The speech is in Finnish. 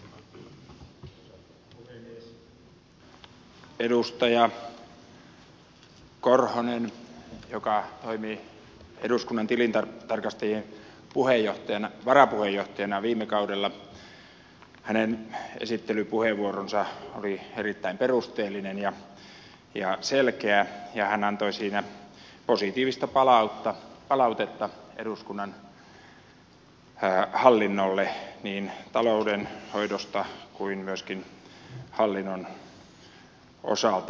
edustaja korhosen joka toimi eduskunnan tilintarkastajien varapuheenjohtajana viime kaudella esittelypuheenvuoro oli erittäin perusteellinen ja selkeä ja hän antoi siinä positiivista palautetta eduskunnan hallinnolle niin taloudenhoidosta kuin myöskin hallinnon osalta